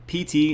PT